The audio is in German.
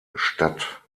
statt